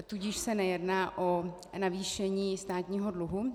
Tudíž se nejedná o navýšení státního dluhu.